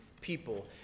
people